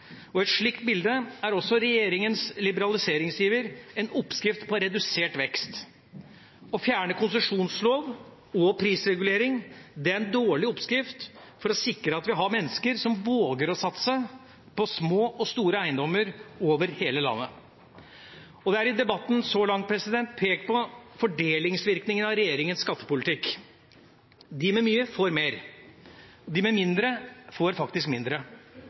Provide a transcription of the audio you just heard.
Et slikt bilde er også i regjeringens liberaliseringsiver en oppskrift på redusert vekst. Å fjerne konsesjonslov og prisregulering er en dårlig oppskrift for å sikre at vi har mennesker som våger å satse på små og store eiendommer over hele landet. Det er i debatten så langt pekt på fordelingsvirkningen av regjeringens skattepolitikk. De med mye, får mer. De med mindre, får faktisk mindre.